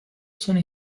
sono